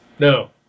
No